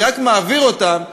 אני רק מעביר אותם,